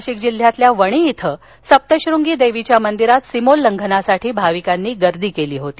नाशिक जिल्ह्यातील वणी इथं सप्तशृंगी देवीच्या मंदिरात सीमोल्लंघनासाठी भाविकांनी गर्दी केली होती